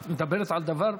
את מדברת על דבר,